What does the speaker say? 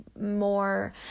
more